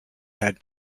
had